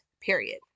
period